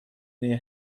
near